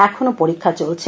এখনো পরীক্ষা চলছে